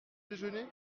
déjeuner